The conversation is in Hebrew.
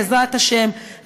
בעזרת השם,